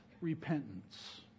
repentance